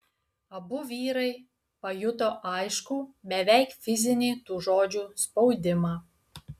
abu vyrai pajuto aiškų beveik fizinį tų žodžių spaudimą